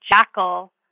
jackal